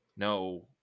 No